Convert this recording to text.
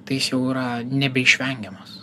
tai jis jau yra nebeišvengiamas